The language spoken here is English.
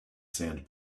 sand